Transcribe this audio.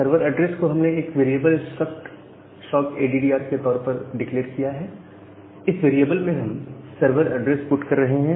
server address को हमने एक variable struct sockaddr के तौर पर डिक्लेअर किया है इस वेरिएबल में हम सर्वर ऐड्रेस पुट कर रहे हैं